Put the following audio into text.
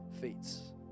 feats